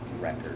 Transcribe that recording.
record